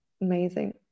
amazing